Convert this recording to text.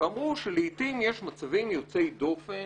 ואמרו שלעתים יש מצבים יוצאי דופן